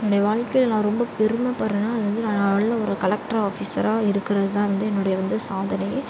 என்னுடைய வாழ்க்கையில் நான் ரொம்ப பெருமைப்படுறன்னா அது வந்து நான் நல்ல ஒரு கலெக்ட்ரு ஆஃபிஸராக இருக்கிறது தான் வந்து என்னுடைய வந்து சாதனையே